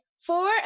Four